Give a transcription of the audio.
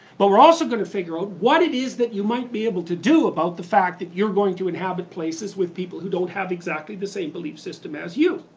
but, we're also gonna figure out what it is that you might be able to do about the fact that you're going to inhabit places with people who don't have exactly the same belief systems as you.